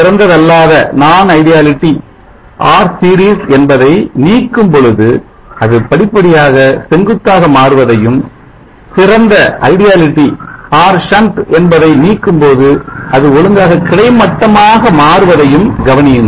சிறந்ததல்லாத R series என்பதை நீக்கும் பொழுது அது படிப்படியாக செங்குத்தாக மாறுவதையும் சிறந்த R shunt என்பதை நீக்கும்போது அது ஒழுங்காக கிடைமட்டமாக மாறுவதையும் கவனியுங்கள்